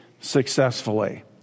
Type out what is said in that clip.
successfully